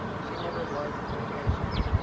she never was flirtatious.